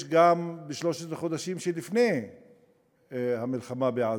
גם בשלושת החודשים שלפני המלחמה בעזה.